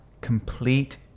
complete